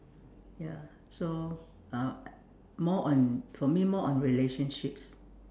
ya so uh more on for me more on relationships